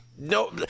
No